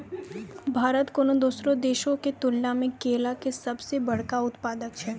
भारत कोनो दोसरो देशो के तुलना मे केला के सभ से बड़का उत्पादक छै